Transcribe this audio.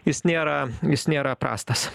jis nėra jis nėra prastas